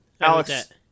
Alex